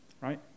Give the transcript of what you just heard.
Right